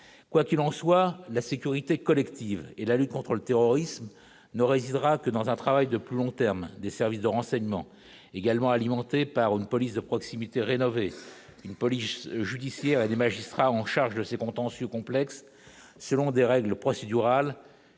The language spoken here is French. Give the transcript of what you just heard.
quoi qu'il en soit, la sécurité collective et la lutte contre le terrorisme ne résidera que dans un travail de plus long terme, des services de renseignement également alimentée par une police de proximité rénové une police judiciaire et des magistrats en charge de ces contentieux complexe selon des règles procédurales